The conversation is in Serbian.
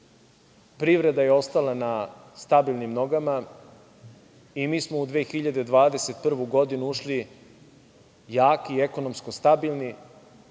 Privreda je ostala na stabilnim nogama i mi smo u 2021. godinu ušli jaki, ekonomski stabilni